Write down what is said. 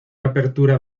apertura